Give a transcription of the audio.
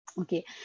Okay